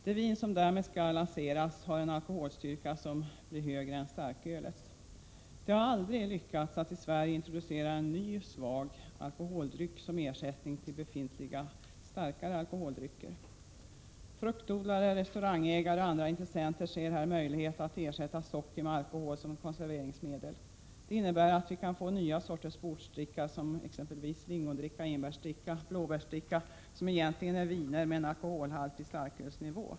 Det vin som därmed skall lanseras har en alkoholstyrka som blir högre än starkölets. Det har aldrig lyckats att i Sverige introducera en ny ”svag” alkoholdryck som ersättning för befintliga starkare alkoholdrycker. Fruktodlare, restaurangägare och andra intressenter ser här möjligheten att ersätta socker med alkohol som konserveringsmedel. Det innebär att vi kan få nya sorters bordsdricka, som lingondricka, enbärsdricka och blåbärsdricka, som egentligen är viner med en alkoholhalt på starkölsnivå.